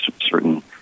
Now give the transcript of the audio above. certain